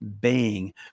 baying